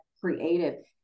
creative